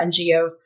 NGOs